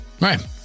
Right